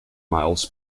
miles